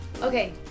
Okay